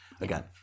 Again